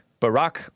Barack